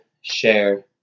share